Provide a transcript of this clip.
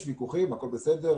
יש ויכוחים והכול בסדר,